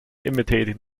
imitating